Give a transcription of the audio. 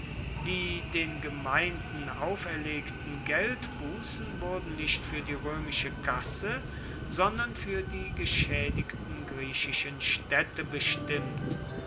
die den gemeinden auferlegten geldbußen wurden nicht für die römische kasse sondern für die geschädigten griechischen städte bestimmt